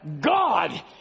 God